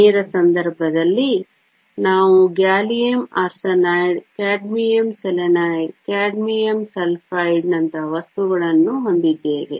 ನೇರ ಸಂದರ್ಭದಲ್ಲಿ ನಾವು gallium arsenide cadmium selenide cadmium sulphide ನಂತಹ ವಸ್ತುಗಳನ್ನು ಹೊಂದಿದ್ದೇವೆ